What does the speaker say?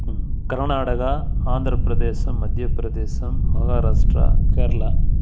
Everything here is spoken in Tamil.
கர்நாடகா ஆந்திரப்பிரதேசம் மத்தியப்பிரதேசம் மகாராஷ்டிரா கேரளா